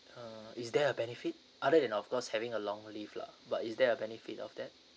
uh is there a benefit other than of course having a long leave lah but is there a benefit of that